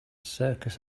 circus